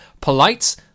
polite